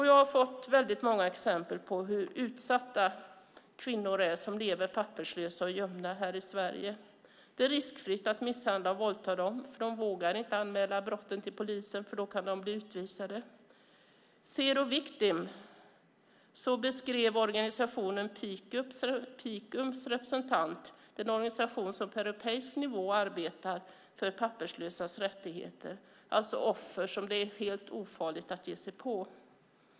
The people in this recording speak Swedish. Jag har fått väldigt många exempel på hur utsatta papperslösa och gömda kvinnor är här i Sverige. Det är riskfritt att misshandla och våldta dem. De inte vågar anmäla brotten till polisen eftersom de kan bli utvisade då. Zero victim - så beskrev organisationen Picums representant den organisation som på europeisk nivå arbetar för papperslösas rättigheter. Det handlar alltså om offer som det är helt ofarligt att ge sig på.